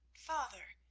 father,